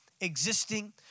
existing